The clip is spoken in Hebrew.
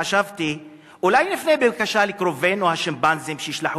חשבתי: אולי נפנה בבקשה לקרובינו השימפנזים שישלחו